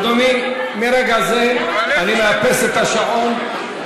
אדוני, ברגע זה אני מאפס את השעון.